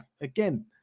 again